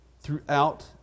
throughout